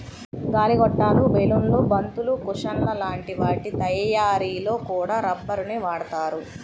గాలి గొట్టాలు, బెలూన్లు, బంతులు, కుషన్ల లాంటి వాటి తయ్యారీలో కూడా రబ్బరునే వాడతారు